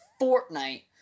Fortnite